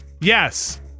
yes